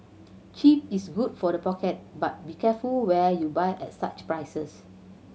cheap is good for the pocket but be careful where you buy at such prices